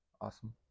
awesome